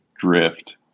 drift –